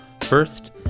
First